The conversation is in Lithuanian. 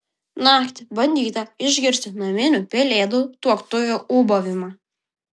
naktį bandyta išgirsti naminių pelėdų tuoktuvių ūbavimą